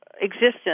existence